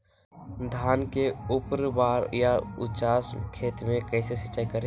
धान के ऊपरवार या उचास खेत मे कैसे सिंचाई करें?